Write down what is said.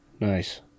Nice